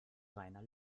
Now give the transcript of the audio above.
reiner